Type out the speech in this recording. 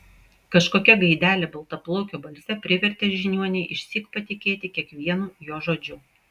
kažkokia gaidelė baltaplaukio balse privertė žiniuonį išsyk patikėti kiekvienu jo žodžiu